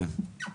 כן.